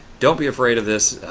don't be afraid of this.